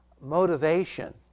motivation